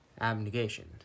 Abnegation